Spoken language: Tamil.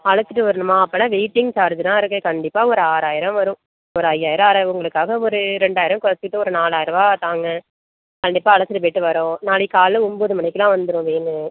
அழைச்சுட்டு வரணுமா அப்படினா வெயிட்டிங் சார்ஜுலாம் இருக்குது கண்டிப்பாக ஒரு ஆறாயிரம் வரும் ஒரு ஐயாயிரம் ஆறாயிரம் உங்களுக்காக ஒரு ரெண்டாயிரம் குறைச்சிட்டு ஒரு நாலாயிரரூபா தாங்க கண்டிப்பாக அழைச்சுட்டு போயிட்டு வர்றோம் நாளைக்கு காலைல ஒம்போது மணிக்கெல்லாம் வந்துடும் வேனு